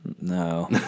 no